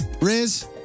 Riz